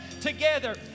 together